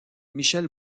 michel